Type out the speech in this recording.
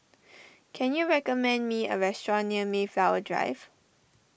can you recommend me a restaurant near Mayflower Drive